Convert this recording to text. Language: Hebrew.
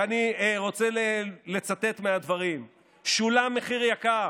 ואני רוצה לצטט מהדברים: "שולם מחיר יקר,